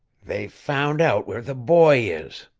they've found out where the boy is!